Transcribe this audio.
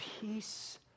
peace